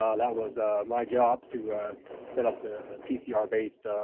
ah that was my job to set up the the pcr based